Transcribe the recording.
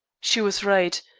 she was right.